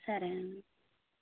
సరే అండి